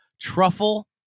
Truffle